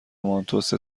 مانتو، سه